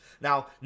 Now